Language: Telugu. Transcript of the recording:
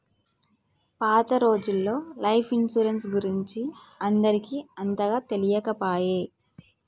పాత రోజులల్లో లైఫ్ ఇన్సరెన్స్ గురించి అందరికి అంతగా తెలియకపాయె